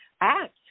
act